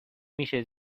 میشه